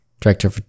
director